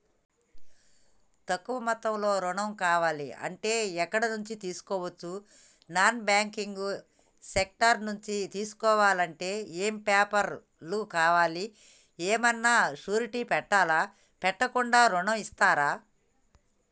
తక్కువ మొత్తంలో ఋణం కావాలి అంటే ఎక్కడి నుంచి తీసుకోవచ్చు? నాన్ బ్యాంకింగ్ సెక్టార్ నుంచి తీసుకోవాలంటే ఏమి పేపర్ లు కావాలి? ఏమన్నా షూరిటీ పెట్టాలా? పెట్టకుండా ఋణం ఇస్తరా?